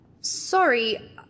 Sorry